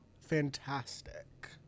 fantastic